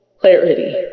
clarity